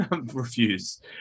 refuse